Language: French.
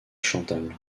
chantal